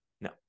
No